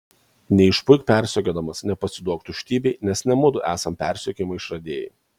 neišpuik persekiodamas nepasiduok tuštybei nes ne mudu esam persekiojimo išradėjai